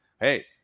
Hey